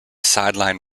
sideline